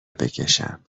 بکشم